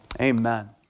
Amen